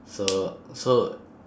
so so